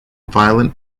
violent